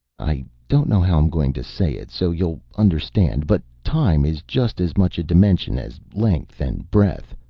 i don't know how i'm going to say it so you'll understand, but time is just as much a dimension as length and breadth.